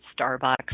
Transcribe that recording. Starbucks